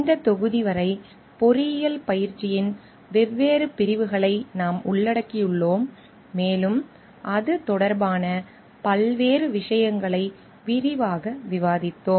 இந்தத் தொகுதி வரை பொறியியல் பயிற்சியின் வெவ்வேறு பிரிவுகளை நாம் உள்ளடக்கியுள்ளோம் மேலும் அது தொடர்பான பல்வேறு விஷயங்களை விரிவாக விவாதித்தோம்